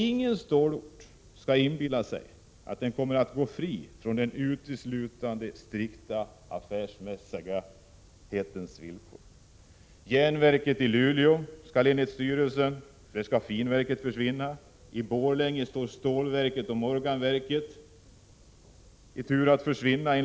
Ingen stålort skall inbilla sig att den kommer att gå fri från de villkor som inriktningen på uteslutande strikt affärsmässiga principer innebär. Vid järnverket i Luleå skall enligt styrelsens planer finverket försvinna, i Borlänge stålverket och morganverket.